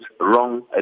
wrong